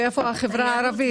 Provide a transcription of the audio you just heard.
ואיפה החברה הערבית.